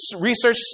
research